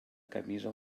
camisa